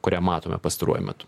kurią matome pastaruoju metu